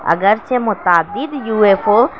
اگر چہ متعدد یو ایف او